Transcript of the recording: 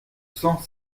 cent